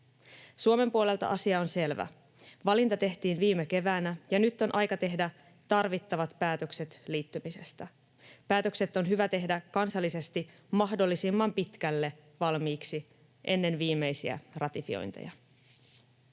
Suomen puolelta asia on selvä. Valinta tehtiin viime keväänä, ja nyt on aika tehdä tarvittavat päätökset liittymisestä. Päätökset on hyvä tehdä kansallisesti mahdollisimman pitkälle valmiiksi ennen viimeisiä ratifiointeja.